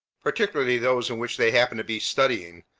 particularly those in which they happened to be studying,